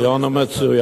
הרעיון הוא מצוין.